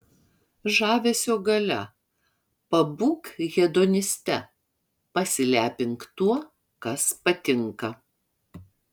žavesio galia pabūk hedoniste pasilepink tuo kas patinka